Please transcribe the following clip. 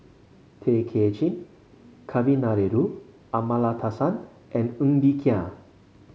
Tay Kay Chin Kavignareru Amallathasan and Ng Bee Kia